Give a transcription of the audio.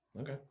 Okay